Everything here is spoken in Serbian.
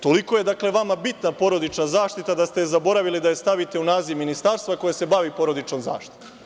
Toliko je vama bitna porodična zaštita da ste zaboravili da je stavite u naziv ministarstva koje se bavi porodičnom zaštitom.